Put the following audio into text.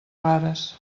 rares